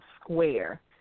Square